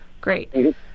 great